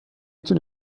تونی